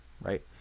right